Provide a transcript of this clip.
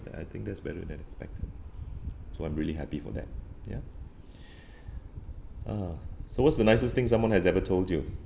I think that's better than expected so I'm really happy for them ya uh so what's the nicest thing someone has ever told you